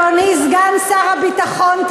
הוא חבר אש"ף.